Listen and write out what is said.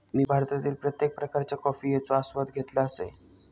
मी भारतातील प्रत्येक प्रकारच्या कॉफयेचो आस्वाद घेतल असय